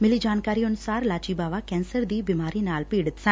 ਮਿਲੀ ਜਾਣਕਾਰੀ ਅਨੁਸਾਰ ਲਾਚੀ ਬਾਵਾ ਕੈਂਸਰ ਦੀ ਬਿਮਾਰੀ ਨਾਲ ਪੀੜਿਤ ਸੀ